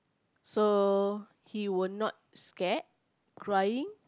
so he will not scared crying